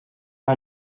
fin